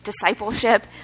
discipleship